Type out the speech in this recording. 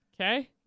Okay